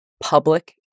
public